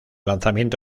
lanzamiento